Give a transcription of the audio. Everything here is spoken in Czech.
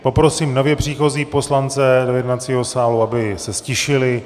Poprosím nově příchozí poslance do jednacího sálu, aby se ztišili.